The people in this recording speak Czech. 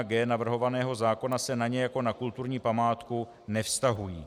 g) navrhovaného zákona se na ně jako na kulturní památku nevztahují.